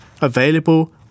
available